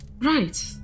Right